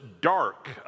dark